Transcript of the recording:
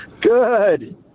Good